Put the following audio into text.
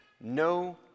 No